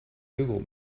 google